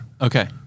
Okay